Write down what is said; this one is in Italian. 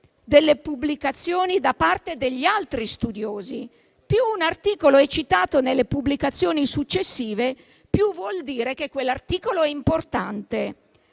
delle pubblicazioni da parte degli altri studiosi: più un articolo è citato nelle pubblicazioni successive, più vuol dire che quell'articolo è importante.